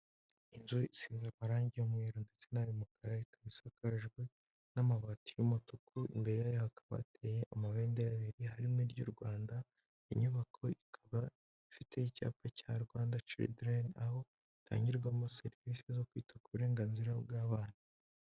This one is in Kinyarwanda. Inzu izize amarangi y'umweru ndetse nay'umukara ikaba isakajwe n'amabati y'umutuku imbere hakaba hateye amabendera abiri harimo iry'u rwanda inyubako ikaba ifite icyapa cya rwanda ciridireni aho itangirwamo serivisi zo kwita ku burenganzira bw'abana.